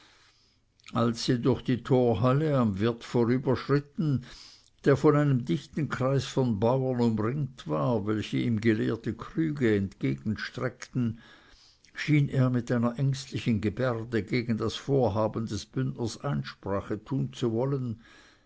als sie durch die torhalle am wirte vorüberschritten der von einem dichten kreise von bauern umringt war welche ihm geleerte krüge entgegenstreckten schien er mit einer ängstlichen gebärde gegen das vorhaben des bündners einsprache tun zu wollen